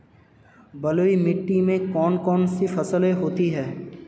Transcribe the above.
बलुई मिट्टी में कौन कौन सी फसलें होती हैं?